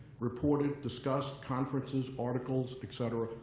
reported, discussed, conferences, articles, et cetera,